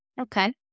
Okay